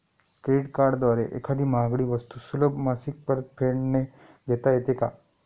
Credit कार्डद्वारे एखादी महागडी वस्तू सुलभ मासिक परतफेडने घेता येते का?